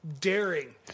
daring